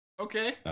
Okay